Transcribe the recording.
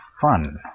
fun